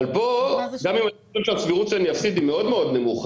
אבל פה גם אם אני חושב שהסבירות שאני אפסיד היא מאוד מאוד נמוכה,